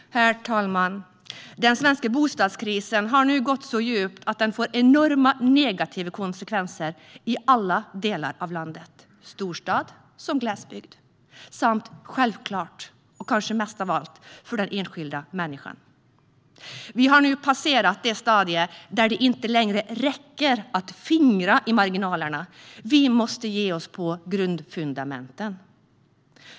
Herr talman! Den svenska bostadskrisen har nu nått så djupt att den får enorma negativa konsekvenser i alla delar av landet, i storstad såväl som i glesbygd. Självklart får den - kanske mest av allt - konsekvenser för den enskilda människan. Vi har nu kommit till ett stadium där det inte längre räcker att fingra i marginalerna. Vi måste ge oss på grundfundamenten.